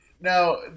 Now